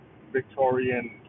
victorian